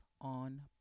on